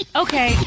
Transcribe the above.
Okay